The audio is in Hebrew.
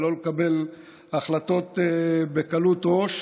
ולא לקבל החלטות בקלות ראש